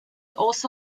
also